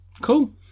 Cool